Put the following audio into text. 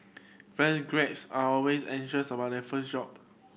fresh are always anxious about their first job